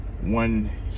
One